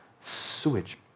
sewage